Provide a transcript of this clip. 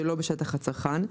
שלא בשטח הצרכן,